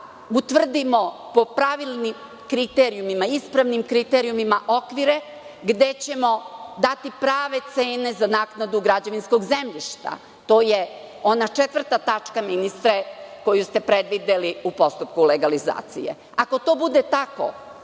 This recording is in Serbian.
utvrdimo po pravilnim kriterijuma, ispravnim kriterijuma okvire, gde ćemo dati prave cene za naknadu građevinskog zemljišta?“ To je ona četvrta tačka, ministre, koju ste predvideli u postupku legalizacije. Ako to bude tako,